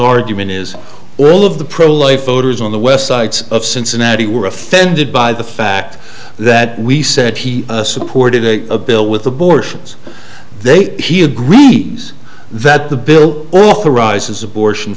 argument is earle of the pro life voters on the websites of cincinnati were offended by the fact that we said he supported a bill with abortions they he agrees that the bill authorizes abortion